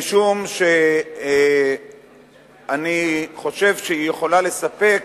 משום שאני חושב שהיא יכולה לספק,